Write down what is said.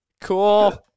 Cool